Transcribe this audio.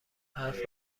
حرف